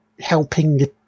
helping